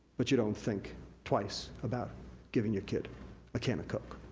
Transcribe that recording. but, you don't think twice about giving your kid a can of coke.